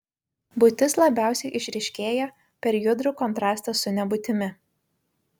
būtis labiausiai išryškėja per judrų kontrastą su nebūtimi